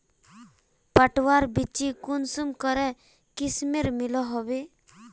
पटवार बिच्ची कुंसम करे किस्मेर मिलोहो होबे?